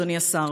אדוני השר,